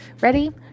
Ready